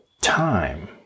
time